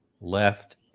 left